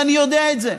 ואני יודע את זה.